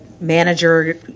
manager